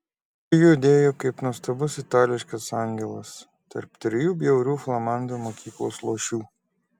ji judėjo kaip nuostabus itališkas angelas tarp trijų bjaurių flamandų mokyklos luošių